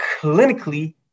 clinically